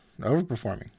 Overperforming